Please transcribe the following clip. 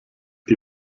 die